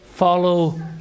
Follow